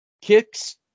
kicks